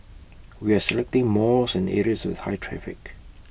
we are selecting malls and areas with high traffic